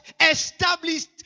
established